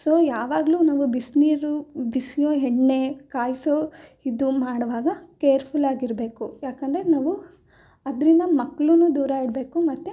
so ಯಾವಾಗಲೂ ನಾವು ಬಿಸಿನೀರು ಬಿಸಿಯೋ ಎಣ್ಣೆ ಕಾಯಿಸೋ ಇದು ಮಾಡುವಾಗ ಕೇರ್ಫುಲ್ ಆಗಿರಬೇಕು ಯಾಕೆಂದ್ರೆ ನಾವು ಅದರಿಂದ ಮಕ್ಕಳೂನು ದೂರ ಇಡಬೇಕು ಮತ್ತೆ